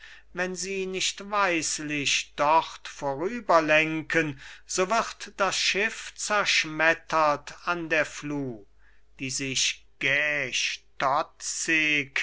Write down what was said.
wenn sie nicht weislich dort vorüberlenken so wird das schiff zerschmettert an der fluh die sich